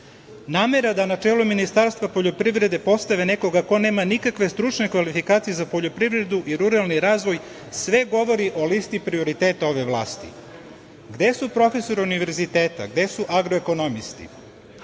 Namera da na čelo Ministarstva poljoprivrede postave nekoga ko nema nikakve stručne kvalifikacije za poljoprivredu i ruralni razvoj sve govori o listi prioriteta ove vlasti. Gde su profesori univerziteta? Gde su agroekonomisti?“Aleksandar